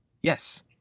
Yes